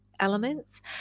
elements